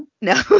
No